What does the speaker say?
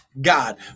God